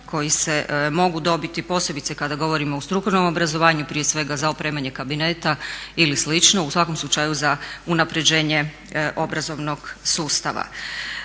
koji se mogu dobiti posebice kada govorimo u strukovnom obrazovanju, prije svega za opremanje kabineta ili slično, u svakom slučaju za unapređenje obrazovnog sustava.